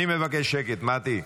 אני מבקש שקט, מטי,